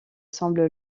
semble